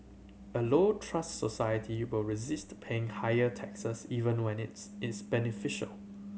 a low trust society will resist paying higher taxes even when it's is beneficial